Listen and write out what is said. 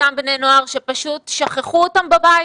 אותם בני נוער שפשוט שכחו אותם בבית